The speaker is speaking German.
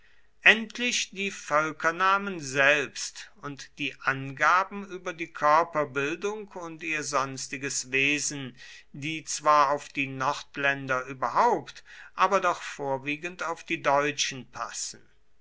endlich die völkernamen selbst und die angaben über ihre körperbildung und ihr sonstiges wesen die zwar auf die nordländer überhaupt aber doch vorwiegend auf die deutschen passen